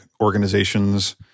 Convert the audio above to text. organizations